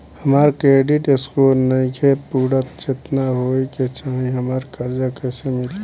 हमार credit score नईखे पूरत जेतना होए के चाही त हमरा कर्जा कैसे मिली?